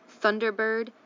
Thunderbird